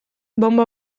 bonba